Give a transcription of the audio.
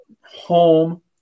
home